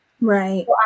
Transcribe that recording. Right